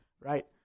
right